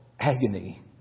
agony